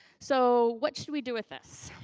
so what should we do with this?